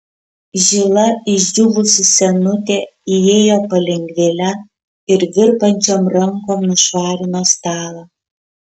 žila išdžiūvusi senutė įėjo palengvėle ir virpančiom rankom nušvarino stalą